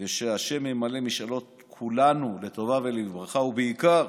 ושה' ימלא משאלות כולנו לטובה ולברכה, ובעיקר